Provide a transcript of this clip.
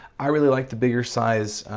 i really like the bigger size.